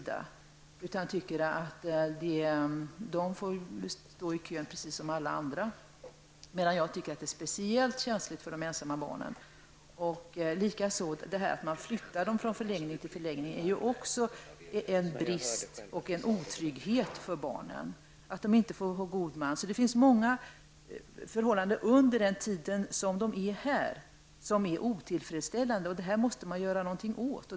De har ansett att dessa barn skall stå i kön precis som alla andra, medan jag anser att de ensamma barnens situation är speciellt känslig. Att man flyttar dessa barn från förläggning till förläggning är likaså en brist och innebär en otrygghet för barnen, och dessutom förordnas inte god man. Under den tid de vistas här i Sverige är många förhållanden otillfredsställande. Detta måste man göra någonting åt.